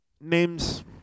Names